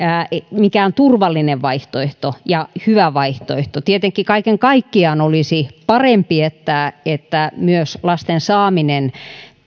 mikään turvallinen vaihtoehto ja hyvä vaihtoehto tietenkin kaiken kaikkiaan olisi parempi että että myös lasten saaminen